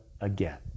again